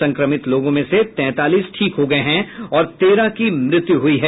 संक्रमित लोगों में से तैंतालीस ठीक हो गए हैं और तेरह की मृत्यु हुई है